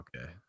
Okay